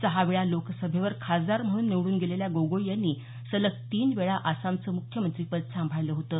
सहा वेळा लोकसभेवर खासदार म्हणून निवडून गेलेल्या गोगोई यांनी सलग तीन वेळा आसामचं मुख्यमंत्रिपद सांभाळलं होतं